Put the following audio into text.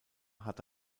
hatte